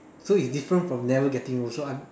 so it's different from never getting old so I'm